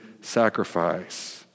sacrifice